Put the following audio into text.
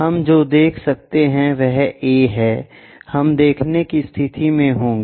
हम जो देख सकते हैं वह A है हम देखने की स्थिति में होंगे